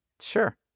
Sure